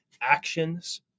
actions